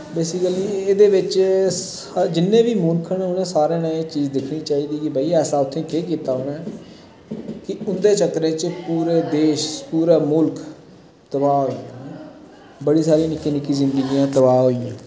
basically एह्दे बिच सा जिन्ने वी मुल्ख न उ'नें सारे नै एह् चीज दिक्खनी चाहिदी की भाई ऐसा उत्थें केह् कीत्ता उ'नैं कि उं'दे चक्करे च पूरे देश पूरा मुल्ख तबाह् होइया बड़ी सारियां निक्की निक्कियां जिंदगियां तबाह् होइयां